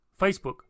Facebook